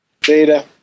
Data